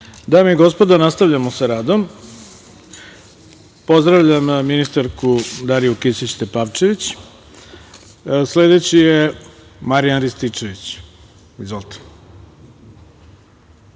Dame i gospodo nastavljamo sa radom. Pozdravljam ministarku Dariju Kisić Tepavčević. Sledeći je Marjan Rističević. Izvolite.